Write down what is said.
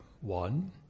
one